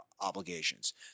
obligations